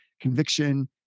conviction